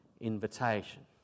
invitation